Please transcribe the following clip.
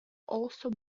also